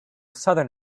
southern